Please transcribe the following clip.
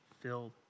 filled